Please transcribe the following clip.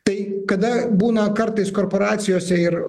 tai kada būna kartais korporacijose ir